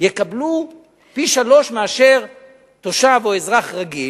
יקבלו פי-שלושה מתושב או אזרח רגיל,